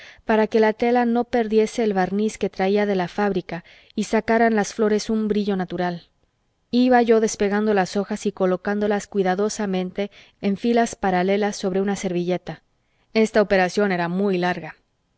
para que la tela no perdiese el barniz que traía de la fábrica y sacaran las flores un brillo natural iba yo despegando las hojas y colocándolas cuidadosamente en filas paralelas sobre una servilleta esta operación era muy larga